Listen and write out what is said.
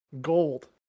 gold